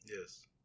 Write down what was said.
Yes